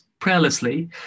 prayerlessly